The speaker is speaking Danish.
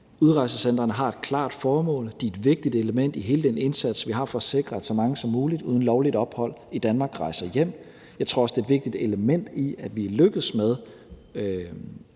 Udrejsecentrene har et klart formål; de er et vigtigt element i hele den indsats, vi har, for at sikre, at så mange som muligt uden lovligt ophold i Danmark rejser hjem. Jeg tror også, det er et vigtigt element i, at vi er lykkedes med